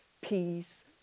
peace